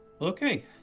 Okay